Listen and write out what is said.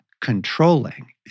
controlling